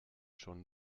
schon